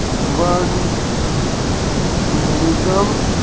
ਵੰਡ ਨਿਗਮ